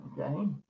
okay